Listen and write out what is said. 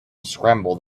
scrambled